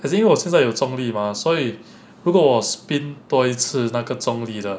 I think 因为我现在有 zhong li mah 所以如果我 spin 多一次那个 zhong li 的